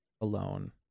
Alone